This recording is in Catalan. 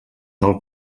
del